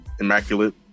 Immaculate